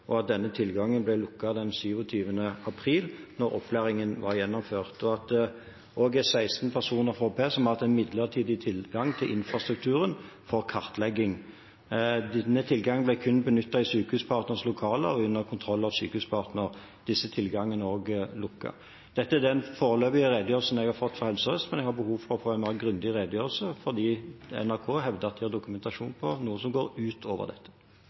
at denne tilgangen ble lukket den 27. april, da opplæringen var gjennomført, og at det også er 16 personer fra HPE som har hatt en midlertidig tilgang til infrastrukturen for kartlegging. Denne tilgangen ble kun benyttet i Sykehuspartners lokaler under kontroll av Sykehuspartner. Denne tilgangen er også lukket. Dette er den foreløpige redegjørelsen jeg har fått fra Helse Sør-Øst, men jeg har behov for å få en grundigere redegjørelse, fordi NRK hevder at de har dokumentasjon på noe som går utover dette.